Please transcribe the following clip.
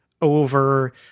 over